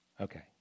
okay